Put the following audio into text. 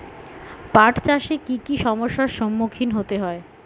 পাঠ চাষে কী কী সমস্যার সম্মুখীন হতে হয়?